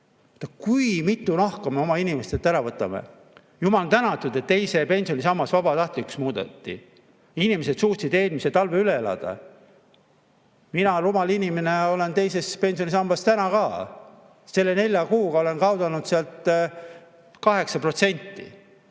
Kui mitu nahka me oma inimestelt ära võtame? Jumal tänatud, et teine pensionisammas vabatahtlikuks muudeti. Inimesed suutsid eelmise talve üle elada. Mina, rumal inimene, olen teises pensionisambas täna ka. Selle nelja kuuga olen kaotanud sealt 8%. Oleks võtnud